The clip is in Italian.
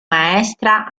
maestra